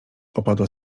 opadła